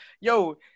Yo